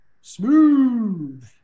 Smooth